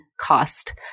cost